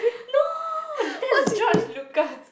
no that's George-Lucas